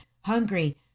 hungry